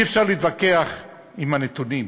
אי-אפשר להתווכח עם הנתונים.